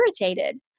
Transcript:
irritated